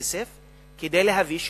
כדי להביא שומר.